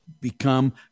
become